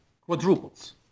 quadruples